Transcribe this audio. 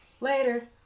Later